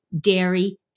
dairy